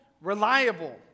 reliable